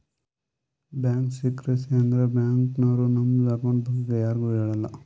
bank secrecy ಅಂದುರ್ bank ನವ್ರು ನಮ್ದು ಅಕೌಂಟ್ ಬಗ್ಗೆ ಯಾರಿಗು ಹೇಳಲ್ಲ